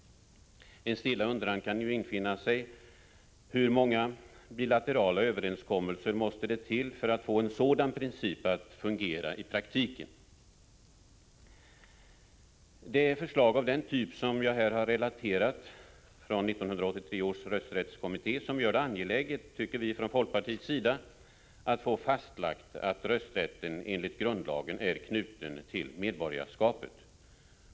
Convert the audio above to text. En stilla undran kan infinna sig: Hur många bilaterala överenskommelser måste det till för att få en sådan princip att fungera i praktiken? Det är förslag av den typ som jag här har relaterat från 1983 års rösträttskommitté som vi från folkpartiets sida tycker gör det angeläget att få fastlagt att rösträtten enligt grundlagen är knuten till medborgarskapet.